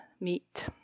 meat